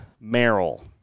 Merrill